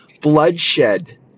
bloodshed